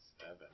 Seven